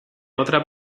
otra